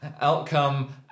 Outcome